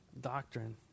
Doctrine